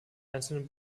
einzelnen